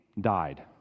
died